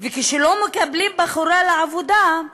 וכשלא מקבלים בחורה לעבודה,